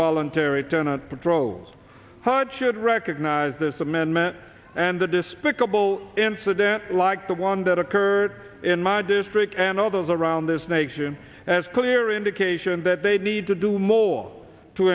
voluntary tenant patrols heart should recognize this amendment and the despicable incident like the one that occurred in my district and others around this nation as a clear indication that they need to do more to